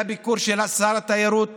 היה ביקור של שר התיירות